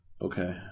Okay